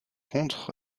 contre